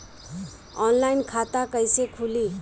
Online खाता कईसे खुलि?